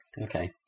okay